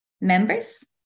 members